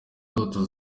ndoto